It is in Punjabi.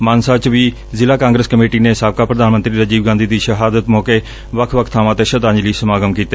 ਮਾਨਸਾ ਚ ਵੀ ਜ਼ਿਲ੍ਹਾ ਕਾਂਗਰਸ ਕਮੇਟੀ ਨੇ ਸਾਬਕਾ ਪ੍ਧਾਨ ਮੰਤਰੀ ਰਾਜੀਵ ਗਾਂਧੀ ਦੀ ਸ਼ਹਾਦਤ ਮੌਕੇ ਵੱਖ ਵੱਖ ਬਾਵਾਂ ਤੇ ਸ਼ਰਧਾਂਜਲੀ ਸਮਾਗਮ ਕੀਤੇ